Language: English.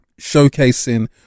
showcasing